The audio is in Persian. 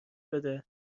بده